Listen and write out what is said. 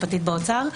הממשלתי.